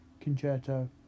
Concerto